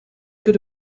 good